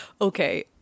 Okay